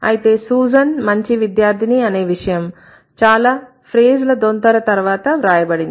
అయితే Susan మంచి విద్యార్థిని అనే విషయం చాలా ఫ్రేజ్ ల దొంతర తర్వాత రాయబడింది